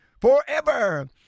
forever